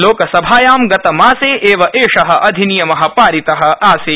लोकसभायां गतमासे एव एष अधिनियम पारित आसीत्